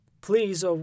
Please